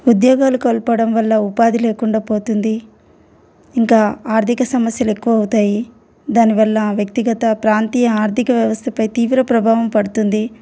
ఉద్యోగాలు కోల్పోవడం వల్ల ఉపాధి లేకుండా పోతుంది ఇంకా ఆర్థిక సమస్యలు ఎక్కువ అవుతాయి దానివల్ల వ్యక్తిగత ప్రాంతీయ ఆర్థిక వ్యవస్థపై తీవ్ర ప్రభావం పడుతుంది